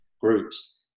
groups